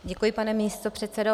Děkuji, pane místopředsedo.